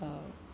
तऽ